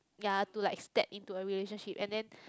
ya to like step into a relationship and then